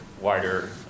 wider